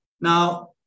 Now